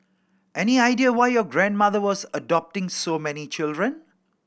any idea why your grandmother was adopting so many children